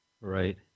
Right